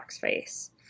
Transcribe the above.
face